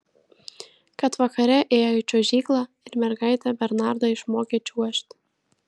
kad vakare ėjo į čiuožyklą ir mergaitė bernardą išmokė čiuožti